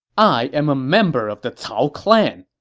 i am a member of the cao clan!